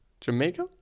Jamaica